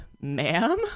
ma'am